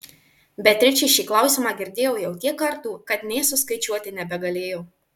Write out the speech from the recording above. beatričė šį klausimą girdėjo jau tiek kartų kad nė suskaičiuoti nebegalėjo